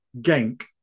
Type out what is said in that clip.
Genk